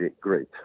great